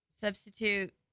substitute